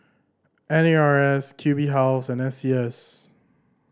N A R S Q B House and S C S